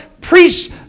preach